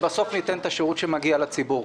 שבסוף ניתן את השירות שמגיע לציבור.